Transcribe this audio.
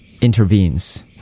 intervenes